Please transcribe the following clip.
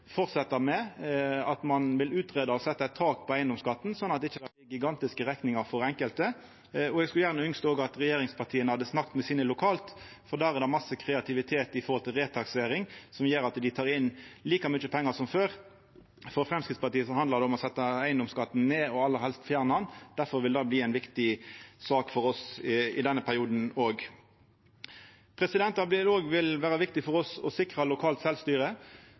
med, at ein vil greia ut å setja eit tak på eigedomsskatten, slik at det ikkje blir gigantiske rekningar for enkelte. Eg skulle gjerne ønskt at regjeringspartia hadde snakka med sine lokalt, for der er det masse kreativitet knytt til retaksering, som gjer at dei tek inn like mykje pengar som før. For Framstegspartiet handlar det om å setja eigedomsskatten ned, og aller helst fjerna han. Difor vil det bli ei viktig sak for oss i denne perioden òg. Det vil òg vera viktig for oss å sikra lokalt